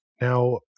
Now